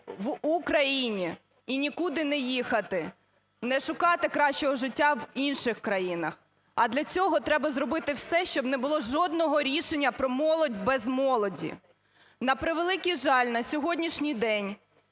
в Україні, і нікуди не їхати, не шукати кращого життя в інших країнах, а для цього треба зробити все, щоб не було жодного рішення про молодь без молоді. На превеликий жаль, на сьогоднішній день,